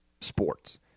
sports